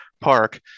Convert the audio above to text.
Park